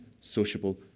sociable